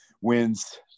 wins